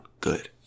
good